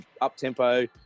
up-tempo